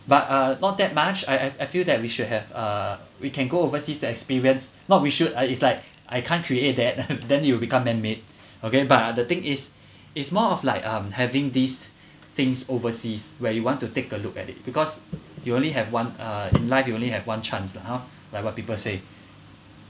but uh not that much I I feel that we should have uh we can go overseas to experience not we should I it's like I can't create that then it will become man-made okay but the thing is it's more of like um having these things overseas where you want to take a look at it because you only have one uh in life you only have one chance lah hor like what people say